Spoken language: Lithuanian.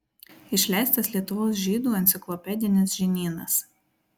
išleistas lietuvos žydų enciklopedinis žinynas